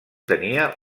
tenia